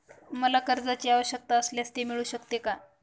मला कर्जांची आवश्यकता असल्यास ते मिळू शकते का?